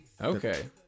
Okay